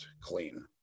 clean